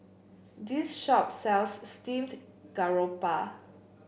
this shop sells Steamed Garoupa